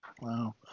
Wow